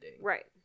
Right